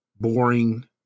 boring